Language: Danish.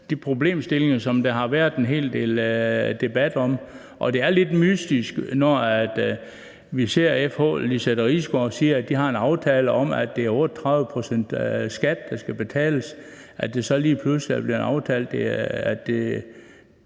de problemstillinger, der har været en hel del debat om. Og det er lidt mystisk, at vi hører FH's Lizette Risgaard sige, at de har en aftale om, at det er 38 pct. i skat, der skal betales, og så er det lige pludselig blevet aftalt,